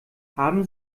haben